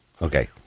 Okay